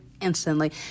instantly